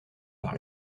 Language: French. par